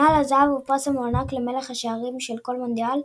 נעל הזהב הוא פרס המוענק למלך השערים של כל מונדיאל,